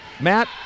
Matt